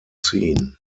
scene